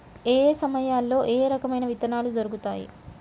ఏయే సమయాల్లో ఏయే రకమైన విత్తనాలు దొరుకుతాయి?